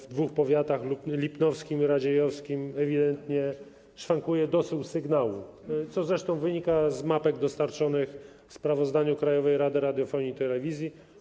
W dwóch powiatach, lipnowskim i radziejowskim, ewidentnie szwankuje słyszalność sygnału, co zresztą wynika z mapek dostarczonych w sprawozdaniu Krajowej Rady Radiofonii i Telewizji.